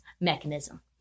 mechanism